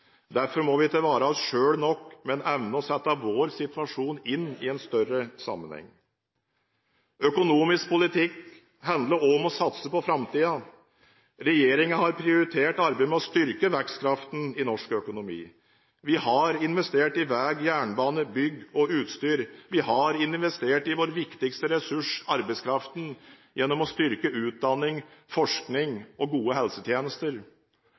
Derfor må vi ikke være oss selv nok, men evne å sette vår situasjon inn i en større sammenheng. Økonomisk politikk handler også om å satse på framtiden. Regjeringen har prioritert arbeidet med å styrke vekstkraften i norsk økonomi. Vi har investert i veg, jernbane, bygg og utstyr. Vi har investert i vår viktigste ressurs – arbeidskraften – gjennom å styrke utdanning, forskning og gode helsetjenester.